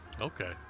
Okay